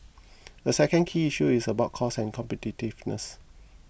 a second key issue is about cost and competitiveness